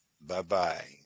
bye-bye